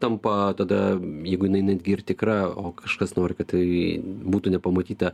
tampa tada jeigu jinai netgi ir tikra o kažkas nori kad tai būtų nepamatyta